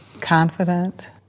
confident